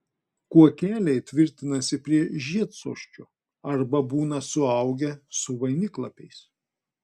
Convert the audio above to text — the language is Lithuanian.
kuokeliai tvirtinasi prie žiedsosčio arba būna suaugę su vainiklapiais